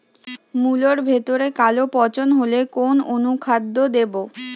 মুলোর ভেতরে কালো পচন হলে কোন অনুখাদ্য দেবো?